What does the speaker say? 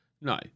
No